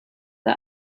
the